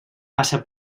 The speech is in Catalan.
passa